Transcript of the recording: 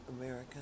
America